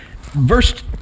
Verse